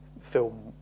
film